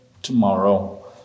Tomorrow